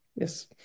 yes